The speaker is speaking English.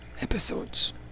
episodes